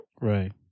Right